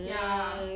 ya